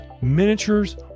miniatures